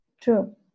True